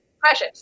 precious